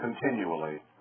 continually